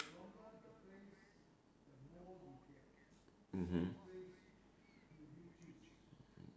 mmhmm